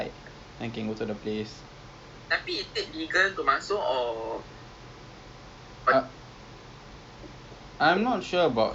can also lah because okay if you want right because we get about twenty dollars but do we have do we have to book on the tickets in advance